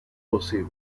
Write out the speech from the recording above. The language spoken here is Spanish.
posible